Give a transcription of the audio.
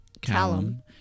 Callum